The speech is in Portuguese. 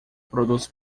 produtos